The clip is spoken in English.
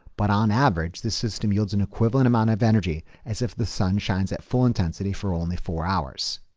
but on average this system yields an equivalent amount of energy as if the sun shines at full intensity for only four hours.